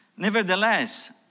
Nevertheless